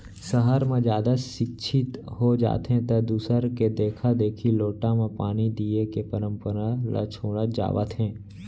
सहर म जादा सिक्छित हो जाथें त दूसर के देखा देखी लोटा म पानी दिये के परंपरा ल छोड़त जावत हें